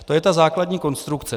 To je ta základní konstrukce.